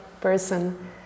person